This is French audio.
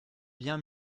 bien